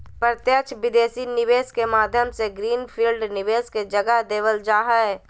प्रत्यक्ष विदेशी निवेश के माध्यम से ग्रीन फील्ड निवेश के जगह देवल जा हय